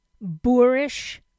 boorish